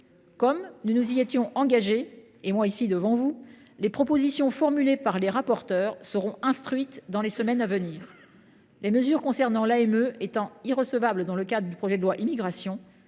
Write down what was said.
Comme nous nous y étions engagés – je l’avais fait ici même devant vous –, les propositions formulées par les rapporteurs seront instruites dans les semaines à venir. Les mesures concernant l’AME étant irrecevables dans le cadre du projet de loi sur l’immigration,